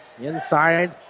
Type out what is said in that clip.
inside